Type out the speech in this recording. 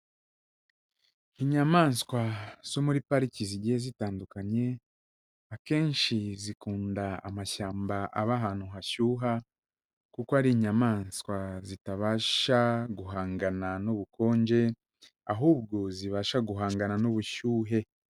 Inyamanswa zo muri pariki zigiye zitandukanye, akenshi zikunda amashyamba aba ahantu hashyuha, kuko ari inyamanswa zitabasha guhangana n'ubukonje, ahubwo zibasha guhangana n'ubushyuhe.